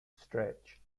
stretch